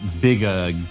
bigger